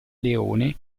leone